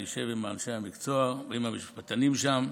אני אשב עם אנשי המקצוע ועם המשפטנים שם.